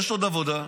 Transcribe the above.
יש עוד עבודה,